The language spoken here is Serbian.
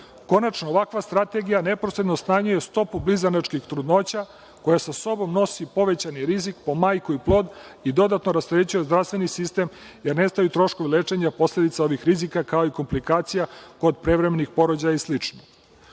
ovakva strategija, neposredno smanjuju stopu blizanačkih trudnoća, koja sa sobom nosi povećani rizik po majku i plod, i dodatno rasterećuje zdravstveni sistem, jer nestaju troškovi lečenja od posledica ovih rizika, kao i komplikacija od prevremenih porođaja i